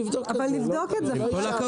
נבדוק את זה, לא אישרנו את זה.